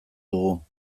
dugu